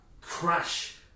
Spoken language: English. crash